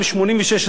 אדוני היושב-ראש,